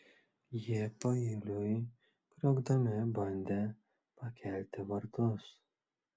jie paeiliui kriokdami bandė pakelti vartus